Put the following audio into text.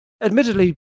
admittedly